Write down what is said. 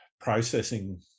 processing